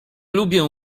lubię